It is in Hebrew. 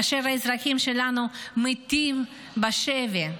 כאשר האזרחים שלנו מתים בשבי,